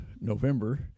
november